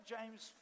James